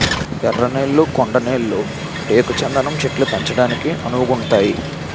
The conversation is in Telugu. ఎర్ర నేళ్లు కొండ నేళ్లు టేకు చందనం చెట్లను పెంచడానికి అనువుగుంతాయి